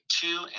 two